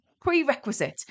prerequisite